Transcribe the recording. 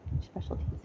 specialties